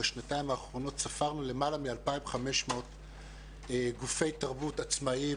בשנתיים האחרונות ספרנו למעלה מ-2,500 גופי תרבות עצמאיים,